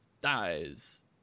dies